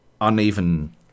uneven